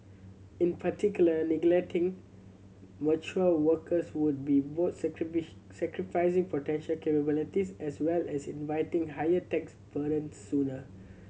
in particular neglecting mature workers would be both sacrificing potential capability as well as inviting higher tax burdens sooner